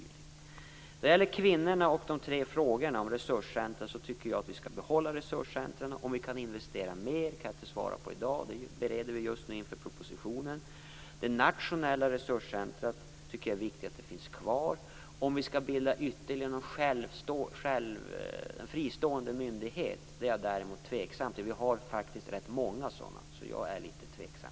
När det gäller kvinnorna och de tre frågorna om resurscentrum tycker jag att vi skall behålla resurscentrumen. Jag kan i dag inte svara på om vi skall investera mer - det bereder vi just nu inför propositionen. Jag tycker att det är viktigt att det nationella resurscentrumet finns kvar. Däremot är jag tveksam till om vi skall bilda ytterligare en fristående myndighet. Vi har faktiskt rätt många sådana, och jag är därför litet tveksam.